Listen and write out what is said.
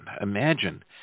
Imagine